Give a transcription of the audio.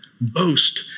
boast